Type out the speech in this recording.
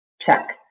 check